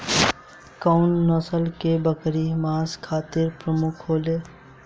कउन नस्ल के बकरी मांस खातिर प्रमुख होले?